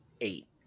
eight